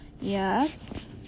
yes